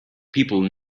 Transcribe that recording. people